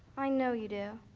i know you do.